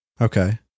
Okay